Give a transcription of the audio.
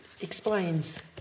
explains